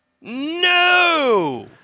No